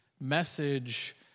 message